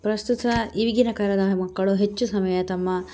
ಪ್ರಸ್ತುತ ಇವಾಗಿನ ಕಾಲದ ಮಕ್ಕಳು ಹೆಚ್ಚು ಸಮಯ ತಮ್ಮ